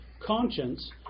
conscience